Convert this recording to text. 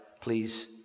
please